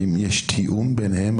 האם יש תיאום ביניהם?